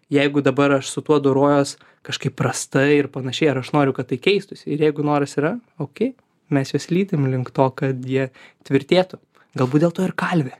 jeigu dabar aš su tuo dorojuos kažkaip prastai ir panašiai ar aš noriu kad tai keistųsi ir jeigu noras yra okėj mes juos lydim link to kad jie tvirtėtų galbūt dėl to ir kalvė